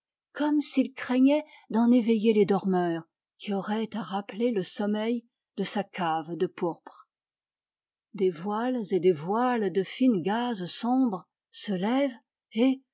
comme s'il craignait d'en éveiller les dormeurs qui auraient à rappeler le sommeil de sa cave de pourpre des voiles et des voiles de fine gaze sombre se lèvent et